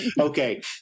Okay